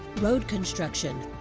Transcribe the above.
road construction,